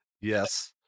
yes